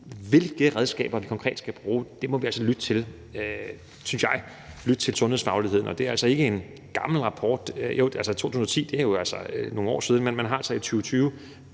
hvilke redskaber vi konkret skal bruge, må vi altså, synes jeg, lytte til sundhedsfagligheden. Og det er altså ikke en gammel rapport – jo, 2010 er jo nogle år siden, men man har altså i 2020